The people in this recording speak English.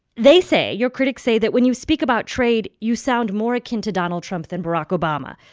they say your critics say that when you speak about trade, you sound more akin to donald trump than barack obama.